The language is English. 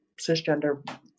cisgender